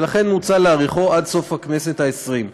ולכן מוצע להאריכו עד סוף הכנסת העשרים.